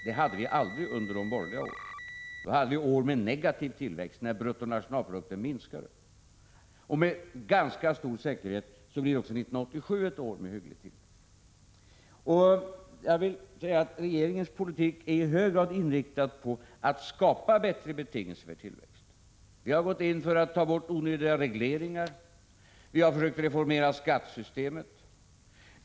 Det hade vi aldrig under de borgerliga åren. Då hade vi år med negativ tillväxt, då bruttonationalprodukten minskade. Med ganska stor säkerhet blir det även 1987 en hygglig tillväxt. Regeringens politik är i hög grad inriktad på att skapa bättre betingelser för tillväxt. Vi har gått in för att ta bort onödiga regleringar, och vi har försökt reformera skattesystemet.